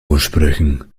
aussprechen